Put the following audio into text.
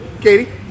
Katie